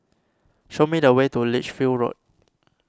show me the way to Lichfield Road